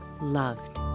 loved